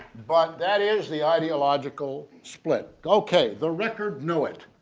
but that is the ideological split, okay the record know it.